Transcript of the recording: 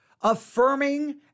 affirming